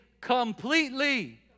completely